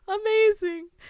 Amazing